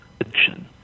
Addiction